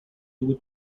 would